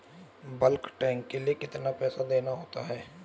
Bulk tank के लिए कितना पैसा देना होता है?